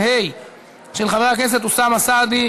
סליחה,